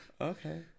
Okay